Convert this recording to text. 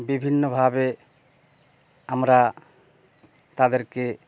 বিভিন্নভাবে আমরা তাদেরকে